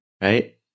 right